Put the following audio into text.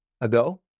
ago